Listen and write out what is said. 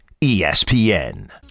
ESPN